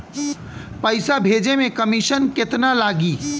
पैसा भेजे में कमिशन केतना लागि?